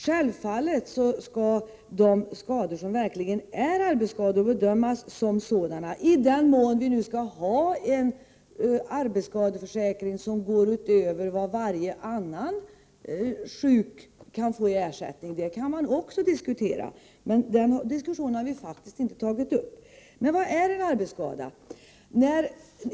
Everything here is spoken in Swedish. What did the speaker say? Självfallet skall de skador som verkligen är arbetsskador bedömas som sådana i den mån vi skall ha en arbetsskadeförsäkring som går utöver vad varje annan sjuk kan få i ersättning. Den saken kan också diskuteras, men det har vi faktiskt inte berört. Vad är en arbetsskada?